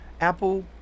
Apple